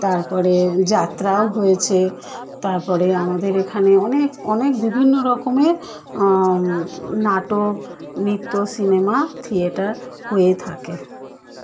তারপরে যাত্রাও হয়েছে তারপরে আমাদের এখানে অনেক অনেক বিভিন্ন রকমের নাটক নৃত্য সিনেমা থিয়েটার হয়ে থাকে